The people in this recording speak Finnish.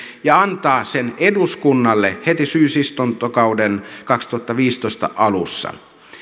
ja antaa sen eduskunnalle heti syysistuntokauden kaksituhattaviisitoista alussa